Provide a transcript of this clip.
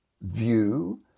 view